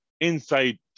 inside